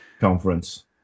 conference